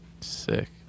sick